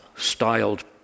styled